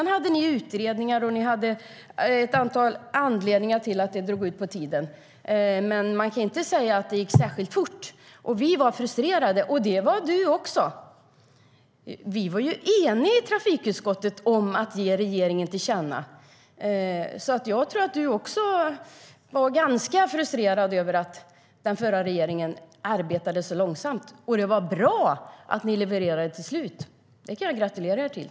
Ni hade utredningar och ett antal anledningar till att det drog ut på tiden. Men man kan inte säga att det gick särskilt fort. Vi var frustrerade, och det var du också, Anders Åkesson. Vi var eniga i trafikutskottet om att ge regeringen detta till känna. Jag tror att du också var ganska frustrerad över att den förra regeringen arbetade så långsamt. Men det var bra att ni levererade det till slut. Det kan jag gratulera er till.